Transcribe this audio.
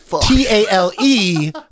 T-A-L-E